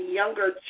younger